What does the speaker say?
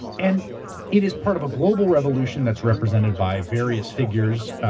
and it is part of a global revolution that's represented by various figures,